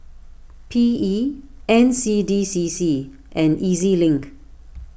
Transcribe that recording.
P E N C D C C and E Z Link